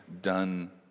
done